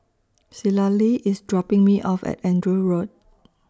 Citlalli IS dropping Me off At Andrew Road